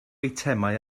eitemau